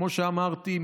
כמו שאמרתי,